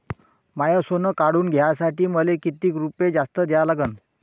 माय सोनं काढून घ्यासाठी मले कितीक रुपये जास्त द्या लागन?